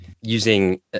using